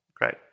great